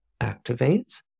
activates